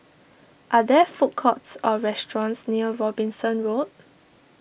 are there food courts or restaurants near Robinson Road